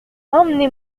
emmenez